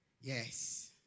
Yes